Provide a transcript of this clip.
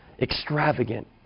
Extravagant